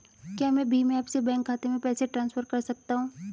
क्या मैं भीम ऐप से बैंक खाते में पैसे ट्रांसफर कर सकता हूँ?